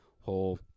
whole